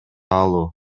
алуу